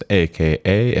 aka